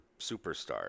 superstar